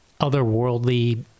otherworldly